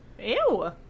Ew